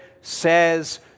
says